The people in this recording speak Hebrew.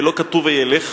ולא כתוב "וילך"?